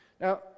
Now